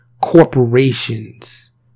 corporations